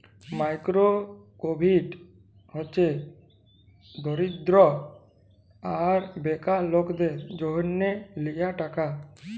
micro credit হছে দরিদ্য আর বেকার লকদের জ্যনহ লিয়া টাকা